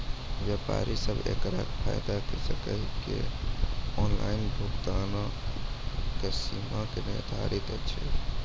व्यापारी सब एकरऽ फायदा ले सकै ये? ऑनलाइन भुगतानक सीमा की निर्धारित ऐछि?